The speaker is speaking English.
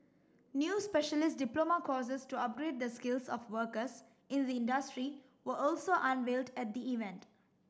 new specialist diploma courses to upgrade the skills of workers in the industry were also unveiled at the event